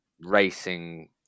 racing